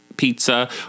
Pizza